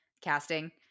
casting